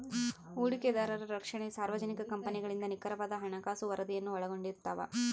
ಹೂಡಿಕೆದಾರರ ರಕ್ಷಣೆ ಸಾರ್ವಜನಿಕ ಕಂಪನಿಗಳಿಂದ ನಿಖರವಾದ ಹಣಕಾಸು ವರದಿಯನ್ನು ಒಳಗೊಂಡಿರ್ತವ